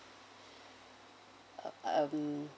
um